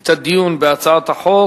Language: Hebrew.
את הדיון בהצעת החוק.